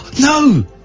No